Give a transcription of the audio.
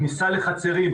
כניסה לחצרים,